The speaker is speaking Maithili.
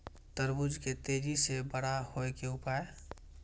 तरबूज के तेजी से बड़ा होय के उपाय?